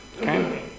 Okay